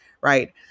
right